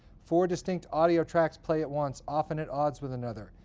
four distinct audio tracks play at once, often at odds with another.